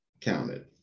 counted